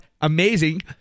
amazing